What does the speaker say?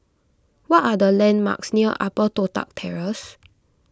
what are the landmarks near Upper Toh Tuck Terrace